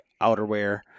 outerwear